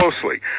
closely